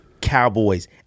Cowboys